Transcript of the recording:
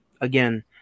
Again